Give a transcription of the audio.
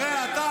הרי אתה